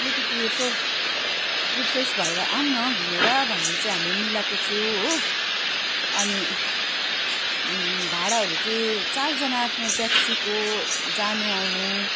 अलिकति यसो रिफ्रेस भएर आऊँ न घुमेर भनेर चाहिँ हामी मिलाएको छौँ हो अनि भाडाहरू चाहिँ चारजना आँट्ने ट्याक्सीको जानु आउनु